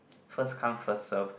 first come first serve